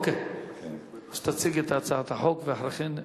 אוקיי, אז תציג את הצעת החוק ואחרי כן.